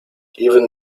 even